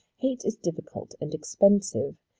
hate is difficult and expensive,